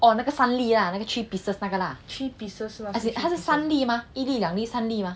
oh 那个三粒 ah 那个 three pieces 那个 lah three pieces as in 它是三粒 mah 一粒两粒三粒 mah